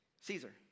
Caesar